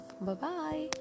Bye-bye